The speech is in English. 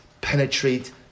penetrate